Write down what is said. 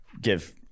Give